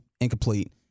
incomplete